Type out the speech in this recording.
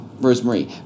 Rosemary